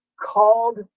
called